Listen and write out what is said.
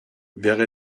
wäre